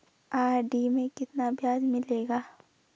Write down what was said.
RD में कितना ब्याज मिलेगा?